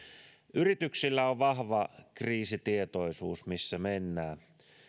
yrityksillä on vahva kriisitietoisuus siitä missä mennään